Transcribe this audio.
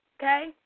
Okay